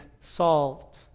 solved